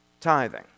tithing